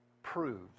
proves